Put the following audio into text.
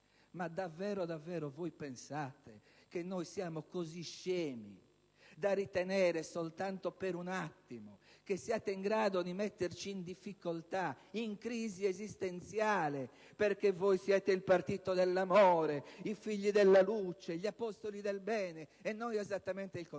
Ma davvero, davvero, pensate che siamo così scemi da ritenere soltanto per un attimo che siate in grado di metterci in difficoltà, in crisi esistenziale perché voi siete il partito dell'amore, i figli della luce, gli apostoli del bene e noi esattamente il contrario?